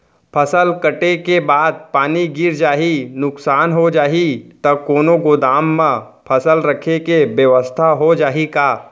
फसल कटे के बाद पानी गिर जाही, नुकसान हो जाही त कोनो गोदाम म फसल रखे के बेवस्था हो जाही का?